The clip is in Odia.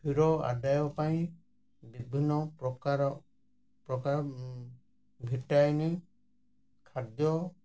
କ୍ଷୀର ଆଦାୟ ପାଇଁ ବିଭିନ୍ନ ପ୍ରକାର ପ୍ରକାର ଭିଟାମିନ୍ ଖାଦ୍ୟ